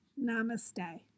Namaste